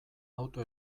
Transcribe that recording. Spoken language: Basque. auto